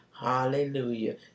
Hallelujah